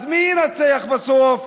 אז מי ינצח בסוף?